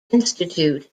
institute